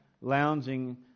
Lounging